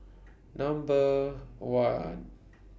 Number one